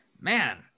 man